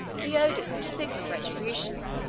he owed it some signal retribution.